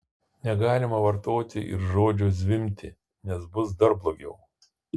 negalima vartoti ir žodžio zvimbti nes bus dar blogiau